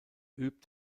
übt